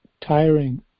tiring